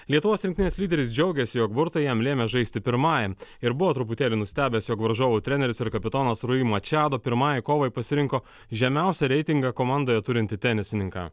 lietuvos rinktinės lyderis džiaugiasi jog burtai jam lėmė žaisti pirmajam ir buvo truputėlį nustebęs jog varžovų treneris ir kapitonas ruimo čado pirmai kovai pasirinko žemiausią reitingą komandoje turintį tenisininką